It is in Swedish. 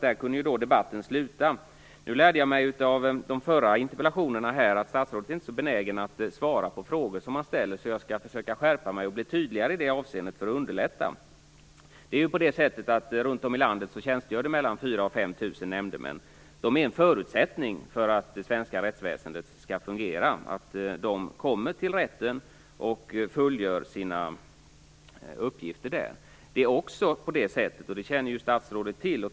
Där kunde ju debatten sluta. Av de förra interpellationsdebatterna lärde jag mig att statsrådet inte är så benägen att svara på frågor som man ställer. Därför skall jag försöka skärpa mig och bli tydligare i det avseendet för att underlätta. Runt om i landet tjänstgör det 4 000-5 000 nämndemän. Det är en förutsättning för att det svenska rättsväsendet skall fungera att de kommer till rätten och fullgör sina uppgifter där. Det är också ett problem att rekrytera nämndemän, och det känner ju statsrådet till.